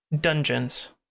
dungeons